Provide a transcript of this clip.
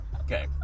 okay